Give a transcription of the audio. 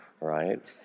right